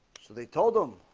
so they told them